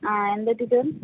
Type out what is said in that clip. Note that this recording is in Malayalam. ആ എന്താണ് ടീച്ചർ